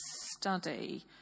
study